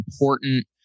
important